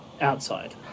outside